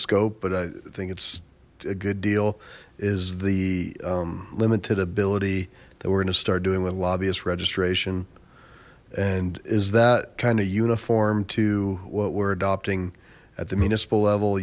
scope but i think it's a good deal is the limited ability that we're going to start doing with lobbyist registration and is that kind of uniform to what we're adopting at the municipal level